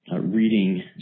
reading